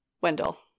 Wendell